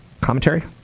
commentary